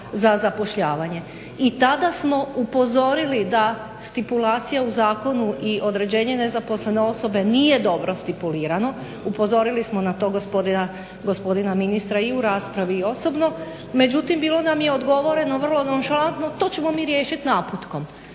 za zapošljavanje. I tada smo upozorili da stipulacija u zakonu i određenje nezaposlene osobe nije dobro stipulirano, upozorili smo na to gospodina ministra i u raspravi i osobno, međutim bilo nam je odgovoreno vrlo nonšalantno to ćemo mi riješiti naputkom.